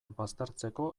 baztertzeko